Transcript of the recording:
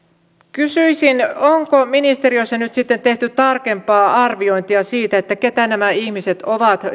kysyisin onko ministeriössä nyt sitten tehty tarkempaa arviointia siitä keitä nämä ihmiset ovat